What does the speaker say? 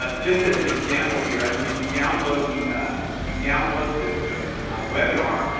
um just as an example here, i mean, if you download the if you download the the webinar,